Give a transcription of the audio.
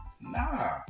Nah